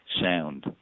sound